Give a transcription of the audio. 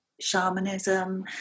shamanism